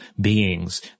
beings